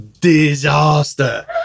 disaster